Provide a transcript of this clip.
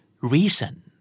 Reason